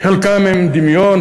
חלקם הם דמיון,